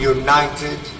united